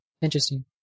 Interesting